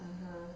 (uh huh)